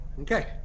Okay